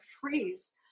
freeze